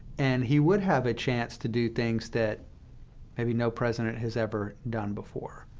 and he would have a chance to do things that maybe no president has ever done before.